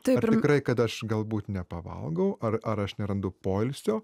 tikrai kad aš galbūt nepavalgau ar ar aš nerandu poilsio